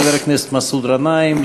חבר הכנסת מסעוד גנאים.